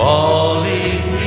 Falling